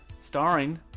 starring